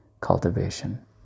cultivation